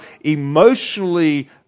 emotionally